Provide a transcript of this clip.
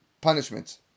punishments